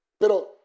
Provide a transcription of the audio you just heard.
pero